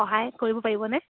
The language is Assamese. সহায় কৰিব পাৰিবনে